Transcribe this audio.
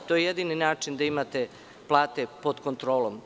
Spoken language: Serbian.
To je jedini način da imate plate pod kontrolom.